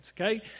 okay